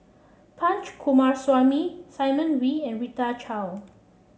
Punch Coomaraswamy Simon Wee and Rita Chao